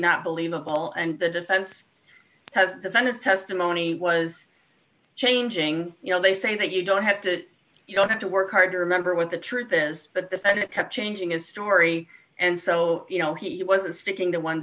not believable and the defense has defended the testimony was changing you know they say that you don't have to you don't have to work hard to remember what the truth is but the senate kept changing his story and so you know he wasn't sticking to one